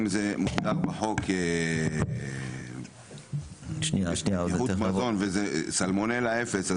אם זה מוגדר בחוק בטיחות מזון וזה סלמונלה אפס,